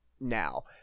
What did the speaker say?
now